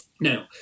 Now